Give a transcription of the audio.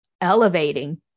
elevating